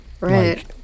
right